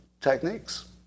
techniques